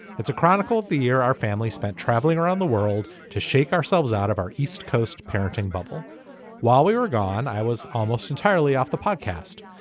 it's a chronicle of the year our family spent travelling around the world to shake ourselves out of our east coast parenting bubble while we were gone. i was almost entirely off the podcast.